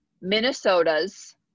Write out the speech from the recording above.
Minnesota's